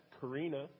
Karina